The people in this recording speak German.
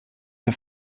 der